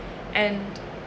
and